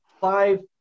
five